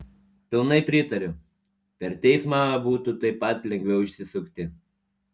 pilnai pritariu per teismą būtų taip pat lengviau išsisukti